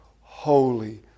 holy